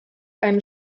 einen